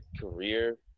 career